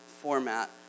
format